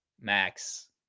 Max